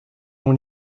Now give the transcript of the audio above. mon